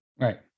Right